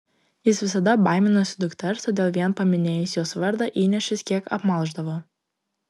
jis visada baiminosi dukters todėl vien paminėjus jos vardą įniršis kiek apmalšdavo